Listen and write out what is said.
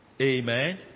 amen